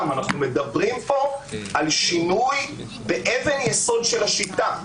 אלא אנחנו מדברים כאן על שינוי באבן יסוד של השיטה.